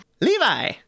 levi